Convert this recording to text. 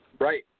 Right